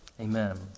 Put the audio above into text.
amen